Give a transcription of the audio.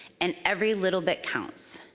and every little bit counts.